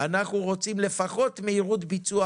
רוצים מהירות ביצוע